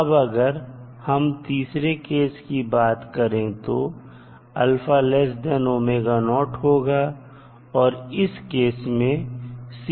अब अगर हम तीसरे केस की बात करें तोहोगा और इस केस में होगा